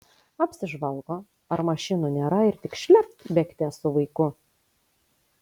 apsižvalgo ar mašinų nėra ir tik šlept bėgte su vaiku